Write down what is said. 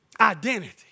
Identity